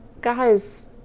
Guys